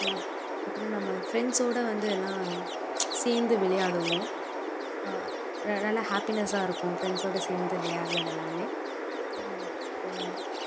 அப்புறம் நம்ம ஃப்ரெண்ட்ஸ்ஸோடய வந்து எல்லாம் சேர்ந்து விளையாடுவோம் நல்ல ஹேப்பினெஸ்ஸாக இருக்கும் ஃப்ரெண்ட்ஸ்ஸோடய சேர்ந்து விளையாடுறது எல்லாம் அப்புறம்